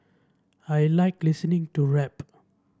I like listening to rap